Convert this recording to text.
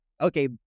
Okay